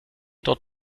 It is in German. dort